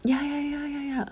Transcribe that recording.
ya ya ya ya ya